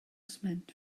sment